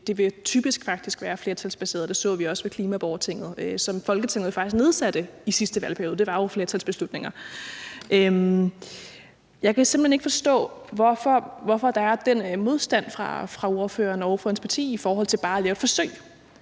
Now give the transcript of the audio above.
Det vil faktisk typisk være flertalsbaseret. Det så vi også i forbindelse med Klimaborgertinget, som Folketinget faktisk nedsatte i sidste valgperiode. Det var jo baseret på flertalsbeslutninger. Jeg kan simpelt hen ikke forstå, hvorfor der er den modstand fra ordføreren og ordførerens parti i forhold til bare at lave et forsøg